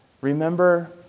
remember